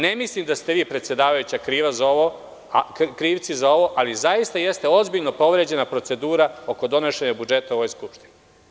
Ne mislim da ste vi, predsedavajuća, kriva za ovo, ali zaista jeste ozbiljno povređena procedura oko donošenja budžeta u ovoj Skupštini.